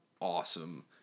Awesome